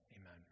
amen